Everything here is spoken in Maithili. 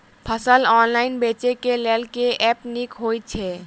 फसल ऑनलाइन बेचै केँ लेल केँ ऐप नीक होइ छै?